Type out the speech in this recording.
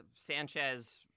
Sanchez